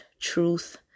truth